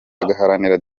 agaharanira